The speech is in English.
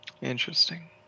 Interesting